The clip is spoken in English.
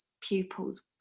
pupils